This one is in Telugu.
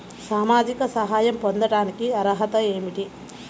సామాజిక సహాయం పొందటానికి అర్హత ఏమిటి?